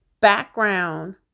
background